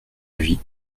avis